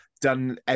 done